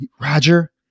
Roger